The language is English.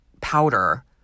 powder